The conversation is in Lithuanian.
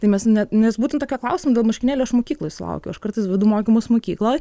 tai mes ne nes būtent tokio klausimo dėl marškinėlių aš mokykloj sulaukiau aš kartais vedu mokymus mokykloj